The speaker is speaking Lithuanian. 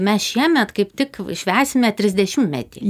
mes šiemet kaip tik švęsime trisdešimtmetį